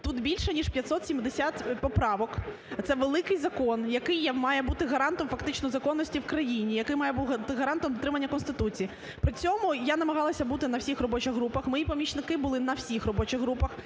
тут більше ніж 570 поправок, це великий закон, який має бути гарантом фактично законності в країні, який має бути гарантом дотримання Конституції. При цьому я намагалася бути на всіх робочих групах. Мої помічники були на всіх робочих групах.